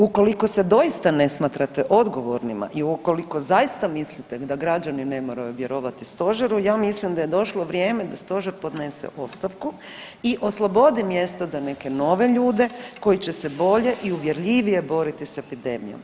Ukoliko se doista ne smatrate odgovornima i ukoliko zaista mislite da građani ne moraju vjerovati stožeru ja mislim da je došlo vrijeme da stožer podnese ostavku i oslobodi mjesta za neke nove ljude koji će se bolje i uvjerljivije boriti sa epidemijom.